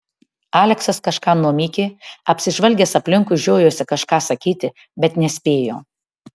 aleksas kažką numykė apsižvalgęs aplinkui žiojosi kažką sakyti bet nespėjo